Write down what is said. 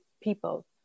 people